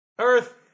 Earth